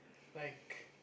like